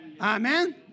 Amen